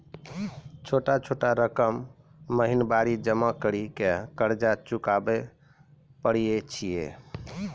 छोटा छोटा रकम महीनवारी जमा करि के कर्जा चुकाबै परए छियै?